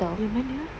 yang mana ah